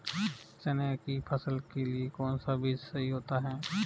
चने की फसल के लिए कौनसा बीज सही होता है?